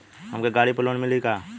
हमके गाड़ी पर लोन मिली का?